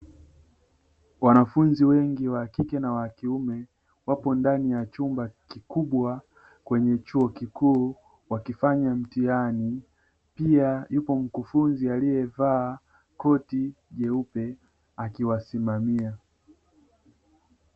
Wanafunzi wengi wa kike na wakiume wapo ndani ya chumba kikubwa kwenye chuo kikuu wakifanya mtihani, pia yupo mkufunzi aliyevaa koti jeupe akiwasimamia.